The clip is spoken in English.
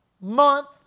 month